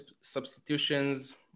substitutions